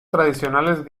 tradicionales